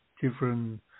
different